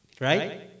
right